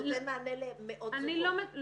זה נותן מענה למאות --- לא,